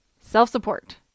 Self-support